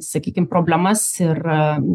sakykime problemas ir